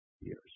years